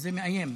זה מאיים.